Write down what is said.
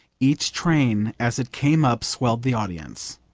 each train as it came up swelled the audience.